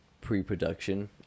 pre-production